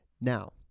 now